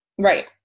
right